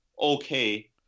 okay